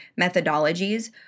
methodologies